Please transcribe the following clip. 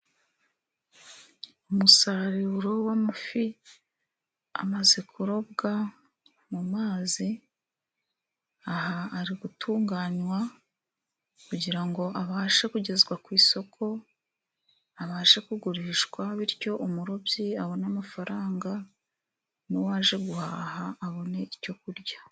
Umusaruro w'amafi amaze kurobwa mu mazi, aha ari gutunganywa kugira ngo abashe kugezwa ku isoko, abashe kugurishwa, bityo umurobyi abone amafaranga n'uwaje guhaha abone icyo kurya.